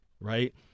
right